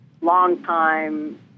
longtime